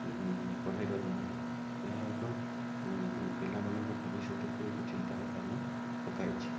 ଉଁ ପଢ଼ାଇ ପାରୁନାହାଁନ୍ତି ଏହା ଏକ ପିଲାମାନଙ୍କ ଭବିଷ୍ୟତକୁ ଏକ ଚିନ୍ତାର କାରଣ ପକାଇଛି